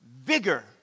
vigor